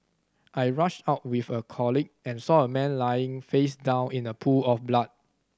I rushed out with a colleague and saw a man lying face down in a pool of blood